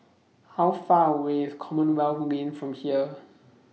How Far away IS Commonwealth Lane from here